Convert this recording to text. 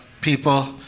people